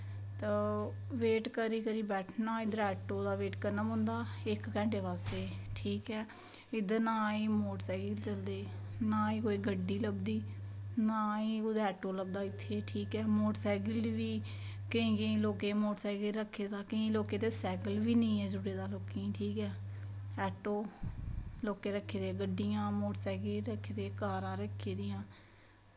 ते वेट करी करी बैठना इध्दर ऐट्टो दा वेट करना पौंदा इक घैंटे बास्ते ठीक ऐ इध्दर ना ई मोटर सैकल ना ई कोई गड्डी लब्भदी ना ई कुदै ऐट्टो लब्भदा ठीक ऐ मोटर सैकल बी केंईं केंई मोटर सैकल रक्खे दा केंईं लोकें ते सैकल बी नी ऐ जुड़े दा लोकेंई ठीक ऐट्टो लोकें रक्खे दे गड्डियां मोटर सैकल रक्खे दे कारां रक्खे दे